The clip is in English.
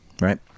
Right